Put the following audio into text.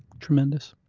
tremendous.